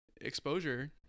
exposure